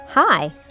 Hi